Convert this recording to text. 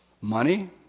money